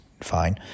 fine